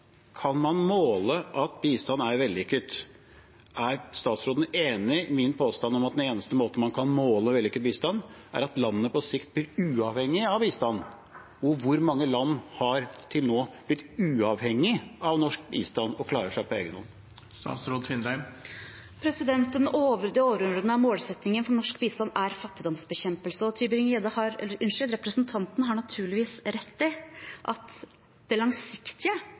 kan man måle at bistand er vellykket? Er statsråden enig i min påstand om at den eneste måten man kan måle vellykket bistand på, er at landet på sikt blir uavhengig av bistand? Og hvor mange land har til nå blitt uavhengig av norsk bistand og klarer seg på egen hånd? Den overordnede målsettingen for norsk bistand er fattigdomsbekjempelse, og representanten har naturligvis rett i at det langsiktige